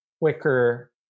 quicker